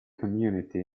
community